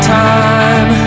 time